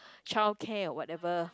childcare or whatever